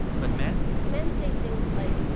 but men? men say things like,